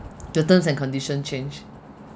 the terms and conditions changed